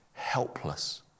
helpless